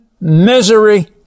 misery